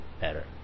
better